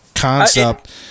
Concept